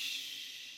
ששש.